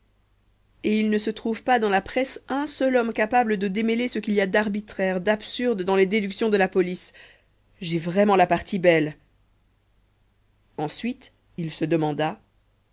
et il ne se trouve pas dans la presse un seul homme capable de démêler ce qu'il y a d'arbitraire d'absurde dans les déductions de la police j'ai vraiment la partie belle ensuite il se demanda